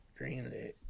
Greenlit